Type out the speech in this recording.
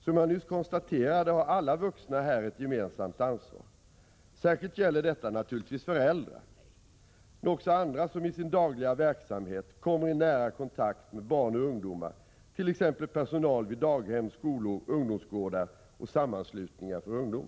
Som jag nyss konstaterade har alla vuxna här ett gemensamt ansvar. Särskilt gäller detta naturligtvis föräldrar men också andra som i sin dagliga verksamhet kommer i nära kontakt med barn och ungdomar, t.ex. personal vid daghem, skolor, ungdomsgårdar och sammanslutningar för ungdom.